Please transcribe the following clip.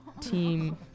Team